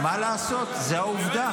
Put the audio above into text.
מה לעשות, זו העובדה.